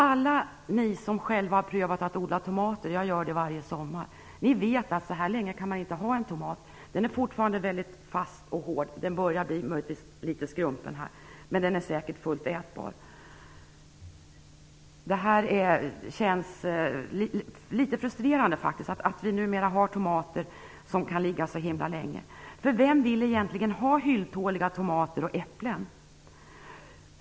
Alla ni som själva har provat att odla tomater - jag gör det varje sommar - vet att man inte kan ha en tomat så här länge. Den här tomaten är fortfarande fast och hård. Möjligtvis börjar den bli litet skrumpen, men den är säkert fullt ätbar. Det känns faktiskt litet frustrerande att det numera finns tomater som kan ligga så länge. Vem vill egentligen ha hylltåliga tomater och äpplen?